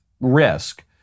risk